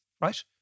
right